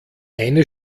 eine